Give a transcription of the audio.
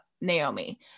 Naomi